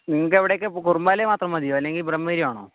നിങ്ങൾക്ക് എവിടെയൊക്കെ കുറുമ്പാലയം മാത്രം മതിയോ അല്ലെങ്കിൽ ബ്രഹ്മഗിരി വേണോ